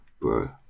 bro